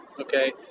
Okay